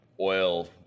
oil